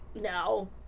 no